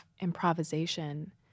improvisation